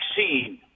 vaccine